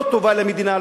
לא טובה למדינה,